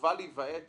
והחובה להיוועץ